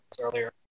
earlier